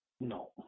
No